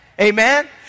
Amen